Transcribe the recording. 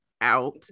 Out